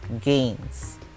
gains